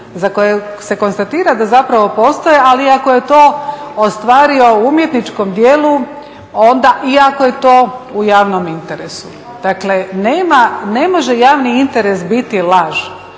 za koje se konstatira da zapravo postoje, ali ako je to ostvario u umjetničkom djelu i ako je to u javnom interesu. Dakle ne može javni interes biti laž,